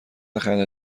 خنده